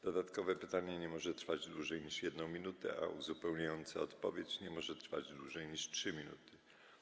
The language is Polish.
Dodatkowe pytanie nie może trwać dłużej niż 1 minutę, a uzupełniająca odpowiedź nie może trwać dłużej niż 3 minuty.